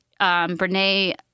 Brene